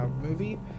movie